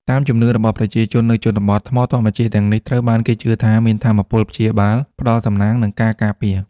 តាមជំនឿរបស់ប្រជាជននៅជនបទ ថ្មធម្មជាតិទាំងនេះត្រូវបានគេជឿថាមានថាមពលព្យាបាល ផ្ដល់សំណាង និងការការពារ។